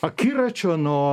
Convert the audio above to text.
akiračio nuo